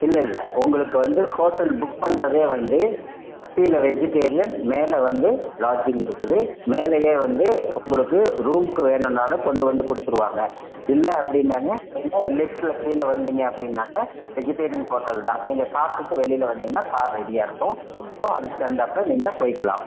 இல்லை இல்லை உங்களுக்கு வந்து ஹோட்டல் புக் பண்ணுறதே வந்து கீழே வெஜிடேரியன் மேலே வந்து லார்ஜிங் இருக்குது மேலேயே வந்து உங்களுக்கு ரூம்க்கு வேணும்னாலும் கொண்டு வந்து கொடுத்துருவாங்க இல்லை அப்படினாக்க நீங்கள் லிப்ட்டில் கீழே வந்தீங்க அப்படினாக்க வெஜிடேரியன் ஹோட்டல் தான் நீங்கள் சாப்பிடுட்டு வெளியே வந்தீங்கன்னா கார் ரெடியாக இருக்கும் ஸோ அதுக்கு தகுந்தாப்புல நீங்கள் போயிக்கலாம்